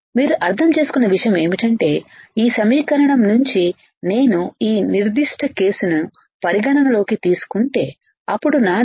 మీరు అర్థం చేసుకున్న విషయం ఏమిటంటే ఈ సమీకరణం నుంచి నేను ఈ నిర్ధిష్ట కేసును పరిగణనలోకి తీసుకుంటే అప్పుడు నా దగ్గర VDG VT